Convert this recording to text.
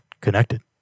connected